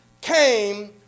came